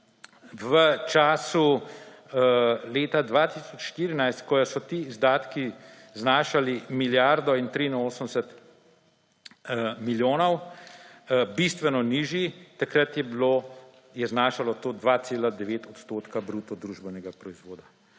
v času leta 2014, ko so ti izdatki znašali milijardo in 83 milijonov, bistveno nižji. Takrat je znašalo to 2,9 odstotka bruto družbenega proizvoda.